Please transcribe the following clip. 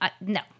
no